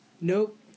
Nope